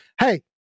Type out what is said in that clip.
hey